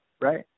Right